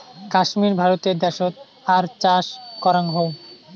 কাশ্মীর ভারতে দ্যাশোত আর চাষ করাং হউ